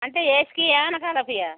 అంటే ఏస్కివా ఆనకాడపివా